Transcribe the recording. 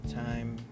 time